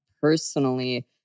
personally